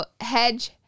hedge